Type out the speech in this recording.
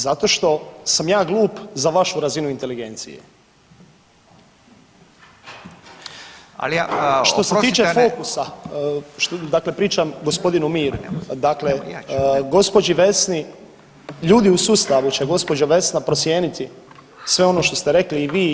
Zato što sam ja glup za vašu razinu inteligencije [[Upadica: Ali ja, oprostite …]] Što se tiče fokusa, dakle pričam gospodinu Miru, dakle gospođi Vesni, ljudi u sustavu će gospođo Vesna procijeniti sve ono što ste rekli i vi i ja.